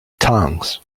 tongues